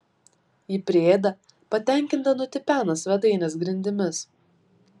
ji priėda patenkinta nutipena svetainės grindimis